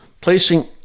placing